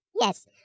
Yes